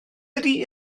ydy